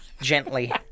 gently